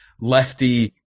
lefty